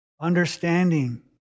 Understanding